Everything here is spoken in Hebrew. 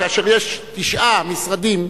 כאשר יש תשעה משרדים,